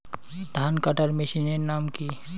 ধান কাটার মেশিনের নাম কি?